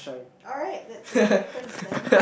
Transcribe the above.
alright that's your difference then